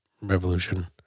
Revolution